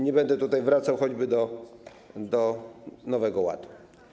Nie będę tutaj wracał choćby do Nowego Ładu.